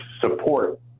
support